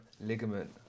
ligament